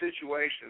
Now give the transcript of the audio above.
situations